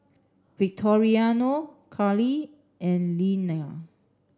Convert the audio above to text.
Victoriano Karlee and Linnea